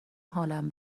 حالم